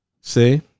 See